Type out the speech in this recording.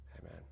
Amen